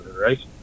right